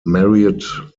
married